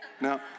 Now